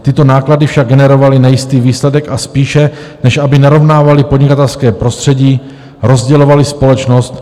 Tyto náklady však generovaly nejistý výsledek, a spíše než aby narovnávaly podnikatelské prostředí, rozdělovaly společnost.